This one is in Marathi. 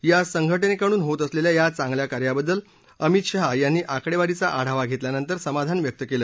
या संघटनेकडून होत असलेल्या या चांगल्या कार्याबद्दल अमित शाह यांनी आकडेवारीचा आढावा घेतल्यानंतर समाधान व्यक्त केलं